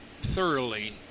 thoroughly